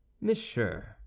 Monsieur